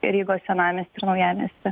rygos senamiestį ir naujamiestį